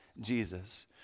Jesus